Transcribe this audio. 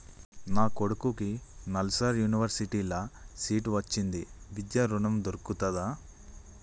నా కొడుకుకి నల్సార్ యూనివర్సిటీ ల సీట్ వచ్చింది విద్య ఋణం దొర్కుతదా?